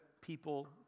people